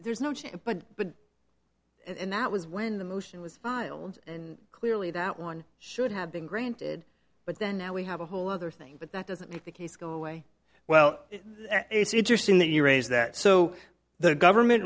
there's no but but and that was when the motion was filed and clearly that one should have been granted but then now we have a whole other thing but that doesn't make the case go away well it's interesting that you raise that so the government